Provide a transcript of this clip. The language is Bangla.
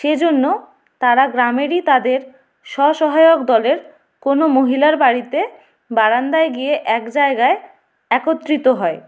সেজন্য তারা গ্রামেরই তাদের স্ব সহায়ক দলের কোনও মহিলার বাড়িতে বারান্দায় গিয়ে এক জায়গায় একত্রিত হয়